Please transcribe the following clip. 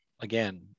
again